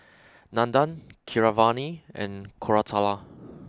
Nandan Keeravani and Koratala